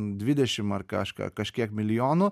dvidešim ar kažką kažkiek milijonų